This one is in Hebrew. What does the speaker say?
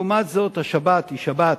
לעומת זאת השבת היא שבת,